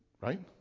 Right